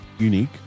Unique